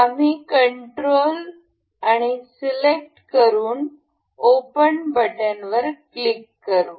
आम्ही control select करू आणि ओपन बटन वर क्लिक करू